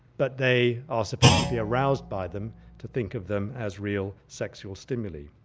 but they are sufficiently aroused by them to think of them as real sexual stimuli.